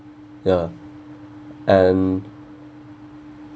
ya and